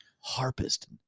harpist